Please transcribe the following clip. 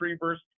verse